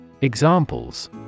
Examples